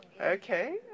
Okay